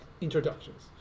introductions